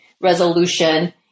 resolution